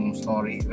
story